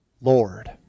Lord